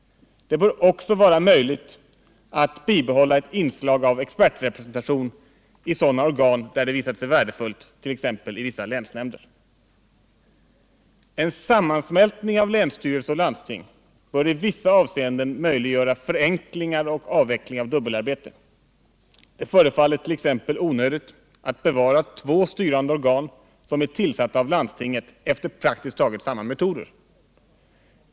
Det bör också vara möjligt att bibehålla det inslag av expertrepresentation i sådana organ, där det visar sig värdefullt, t.ex. i vissa länsnämnder. En sammansmältning av länsstyrelse och landsting bör i vissa avseenden möjliggöra förenklingar och avveckling av dubbelarbete. Det förefaller t.ex. onödigt att bevara två styrande organ som är tillsatta av landstinget efter praktiskt taget samma metoder.